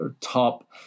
top